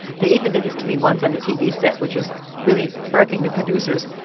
they even did this to me once on a tv set, which was really irking the producers.